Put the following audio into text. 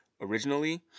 originally